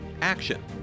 action